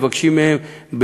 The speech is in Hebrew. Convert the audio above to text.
מבקשים מהם,